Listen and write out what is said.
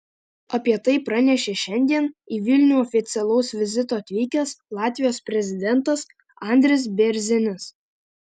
apie tai pranešė šiandien į vilnių oficialaus vizito atvykęs latvijos prezidentas andris bėrzinis